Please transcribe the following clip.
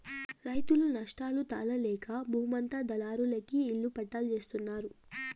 రైతులు నష్టాలు తాళలేక బూమంతా దళారులకి ఇళ్ళ పట్టాల్జేత్తన్నారు